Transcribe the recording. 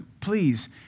Please